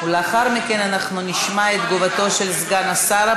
ולאחר מכן אנחנו נשמע את תגובתו של סגן השר,